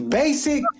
basic